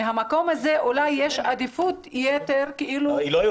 מן המקום הזה אולי יש עדיפות-יתר לחינוך.